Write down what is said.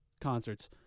concerts